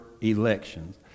elections